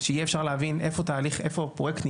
שיהיה אפשר להבין איפה פרויקט נמצא,